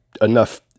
enough